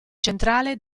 centrale